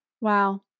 Wow